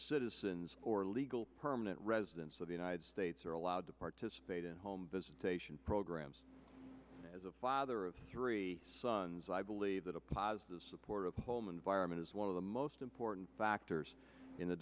citizens or legal permanent residents of the united states are allowed to participate in home visitation programs as a father of three sons i believe that a positive support of home environment is one of the most important factors in the